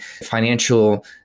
financial